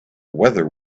whether